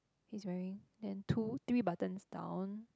he's wearing then two three buttons down